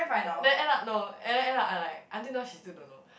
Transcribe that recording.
then end up no and then end up I like until now she still don't know